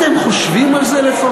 אתם חושבים על זה לפעמים?